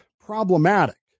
problematic